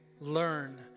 learn